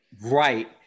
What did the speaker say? Right